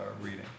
reading